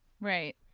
right